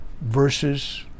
verses